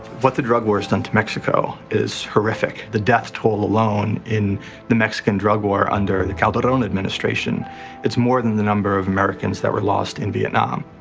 what the drug war has done to mexico is horrific. the death toll alone in the mexican drug war under the calderon administration it's more than the number of americans that were lost in vietnam.